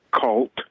cult